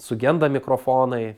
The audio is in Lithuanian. sugenda mikrofonai